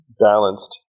balanced